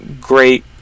great